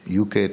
UK